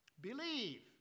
believe